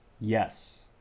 Yes